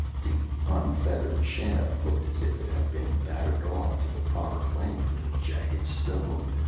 the unfeathered shaft looked as if it had been battered off to the proper length with a jagged stone.